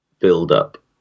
build-up